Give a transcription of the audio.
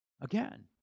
Again